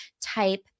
type